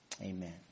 Amen